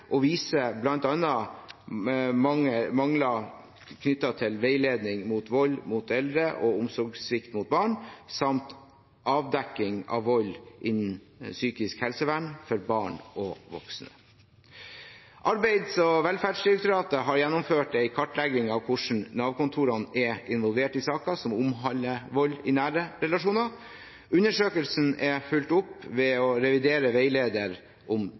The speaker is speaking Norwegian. og viser bl.a. mangler knyttet til veiledning i å avdekke vold mot eldre og omsorgssvikt mot barn samt avdekking av vold innen psykisk helsevern mot barn og voksne. Arbeids- og velferdsdirektoratet har gjennomført en kartlegging av hvordan Nav-kontorene er involvert i saker som omhandler vold i nære relasjoner. Undersøkelsen er fulgt opp ved å revidere veileder om